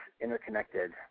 interconnected